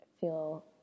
feel